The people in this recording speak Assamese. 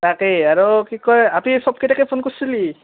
তাকেই আৰু কি কয় আপি চবকেইটাকে ফোন কৰছিলি